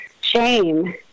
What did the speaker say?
shame